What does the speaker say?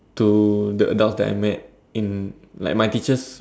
to the adults that I met in like my teachers